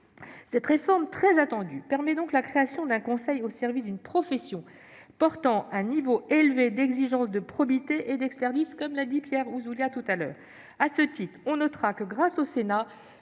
Cette réforme très attendue permet donc la création d'un Conseil au service d'une profession portant un niveau élevé d'exigence de probité et d'expertise, comme l'a relevé Pierre Ouzoulias. À cet égard, on notera que, grâce au Sénat,